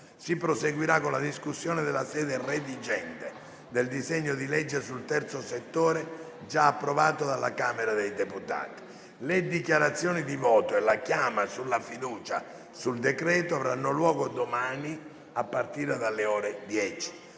si proseguirà con la discussione, dalla sede redigente, del disegno di legge sul Terzo settore, già approvato dalla Camera dei deputati. Le dichiarazioni di voto e la chiama sulla fiducia sul decreto avranno luogo domani, a partire dalle ore 10.